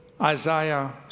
Isaiah